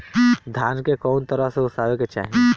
धान के कउन तरह से ओसावे के चाही?